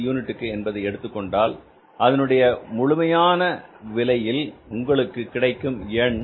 ஒரு யூனிட்டுக்கு என்பதை எடுத்துக்கொண்டால் அதனுடைய முழுமையான விலையில் உங்களுக்கு கிடைக்கும் எண்